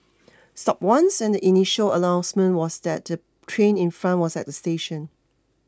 stopped once and the initial announcement was that the train in front was at the station